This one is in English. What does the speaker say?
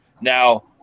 Now